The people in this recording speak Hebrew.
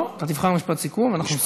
לא, אתה תבחר משפט סיכום, ואנחנו נסיים.